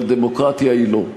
אבל דמוקרטיה היא לא.